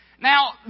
Now